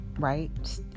Right